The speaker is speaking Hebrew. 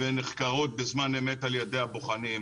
ונחקרות בזמן אמת על ידי הבוחנים,